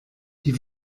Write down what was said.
die